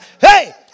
hey